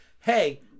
hey